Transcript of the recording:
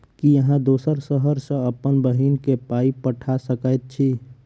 की अहाँ दोसर शहर सँ अप्पन बहिन केँ पाई पठा सकैत छी?